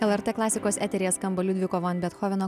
lrt klasikos eteryje skamba liudviko van bethoveno